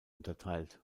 unterteilt